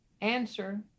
answer